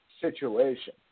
situation